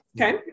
Okay